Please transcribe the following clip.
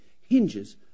hinges